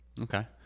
Okay